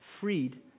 freed